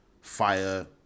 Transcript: fire